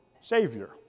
savior